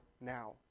now